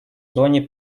зоне